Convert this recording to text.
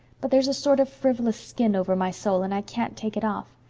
but there's a sort of frivolous skin over my soul and i can't take it off.